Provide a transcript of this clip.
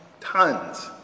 tons